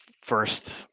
first